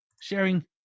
sharing